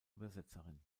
übersetzerin